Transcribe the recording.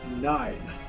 Nine